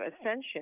ascension